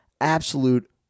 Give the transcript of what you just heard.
absolute